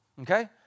okay